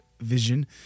vision